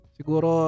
Siguro